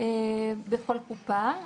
בכל קופה.